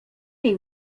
nie